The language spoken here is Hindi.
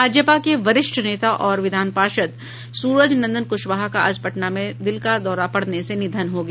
भाजपा के वरिष्ठ नेता और विधान पार्षद सूरज नंदन क्शवाहा का पटना में दिल का दौरा पड़ने से निधन हो गया